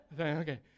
okay